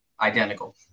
Identical